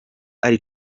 ari